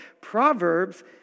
Proverbs